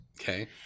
Okay